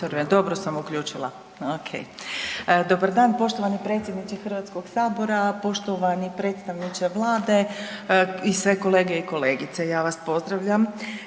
Dobro sam uključila, ok. Dobar dan poštovani predsjedniče Hrvatskog sabora, poštovani predstavniče Vlade i sve kolege i kolegice ja vas pozdravljam.